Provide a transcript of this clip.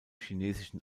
chinesischen